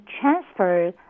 transfer